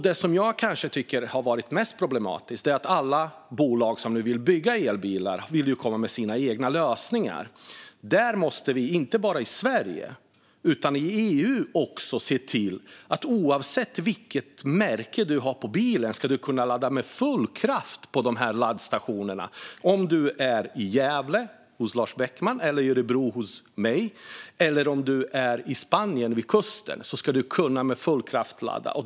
Det som jag tycker kanske har varit mest problematiskt har varit att alla bolag som vill bygga elbilar vill komma med sina egna lösningar. Där måste vi inte bara i Sverige utan även i EU se till att du oavsett vilket märke du har på bilen ska kunna ladda med full kraft på laddstationerna. Oavsett om du är i Gävle hos Lars Beckman, i Örebro hos mig eller vid kusten i Spanien måste du kunna ladda med full kraft.